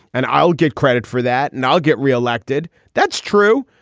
and i'll get credit for that and i'll get reelected that's true.